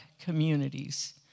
communities